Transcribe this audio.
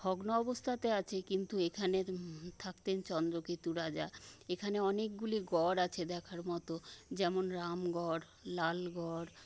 ভগ্ন অবস্থাতে আছে কিন্তু এখানে থাকতেন চন্দ্রকেতু রাজা এখানে অনেকগুলি গড় আছে দেখার মতো যেমন রামগড় লালগড়